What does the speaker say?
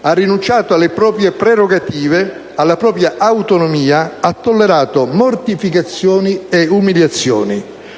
ha rinunciato alle proprie prerogative e alla propria autonomia, ha tollerato mortificazioni e umiliazioni.